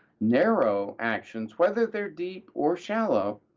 narrow actions, whether they're deep or shallow,